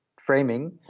framing